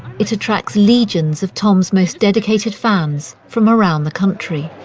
it attracts legions of tom's most dedicated fans from around the country.